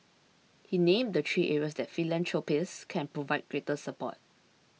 he named the three areas that philanthropists can provide greater support